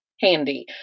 Handy